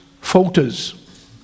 falters